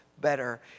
better